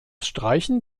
streichen